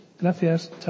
Gracias